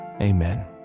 amen